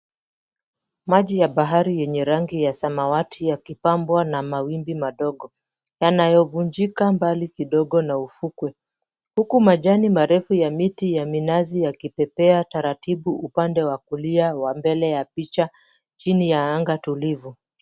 Maji ya bahari yenye rangi ya samawati yakipambwa na mawimbi madogo, yanayovunjika mbali kidogo na ufukwe huku majani marefu ya miti ya minazi yakipepea taratibu upande wa kulia wa mbele ya picha chini ya anga tulivu.